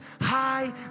high